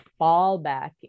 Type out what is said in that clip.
fallback